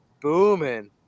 booming